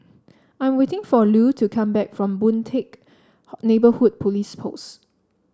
I am waiting for Lue to come back from Boon Teck Neighbourhood Police Post